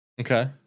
Okay